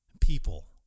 people